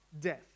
death